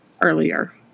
earlier